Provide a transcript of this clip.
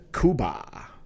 Cuba